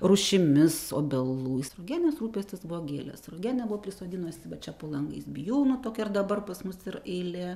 rūšimis obelų sruogienės rūpestis buvo gėlės sruogienė buvo prisodinusi va čia po langais bijūnų tokia ir dabar pas mus ir eilė